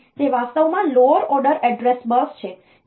તેથી તે વાસ્તવમાં લોઅર ઓર્ડર એડ્રેસ બસ છે